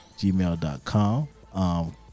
gmail.com